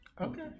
Okay